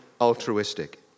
altruistic